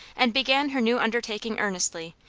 and began her new undertaking earnestly,